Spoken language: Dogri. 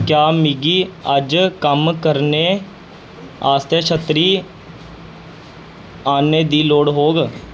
क्या मिगी अज्ज कम्म करने आस्तै छत्तड़ी आह्नने दी लोड़ होग